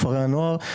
כפרי הנוער.